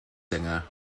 singer